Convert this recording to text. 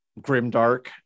grimdark